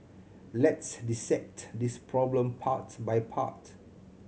let's dissect this problem part by part